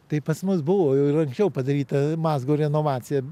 tai pas mus buvo jau ir anksčiau padaryta mazgo renovacija